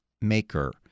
maker